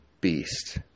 beast